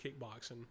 kickboxing